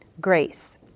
grace